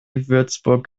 würzburg